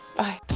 bye